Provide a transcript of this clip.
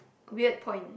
weird point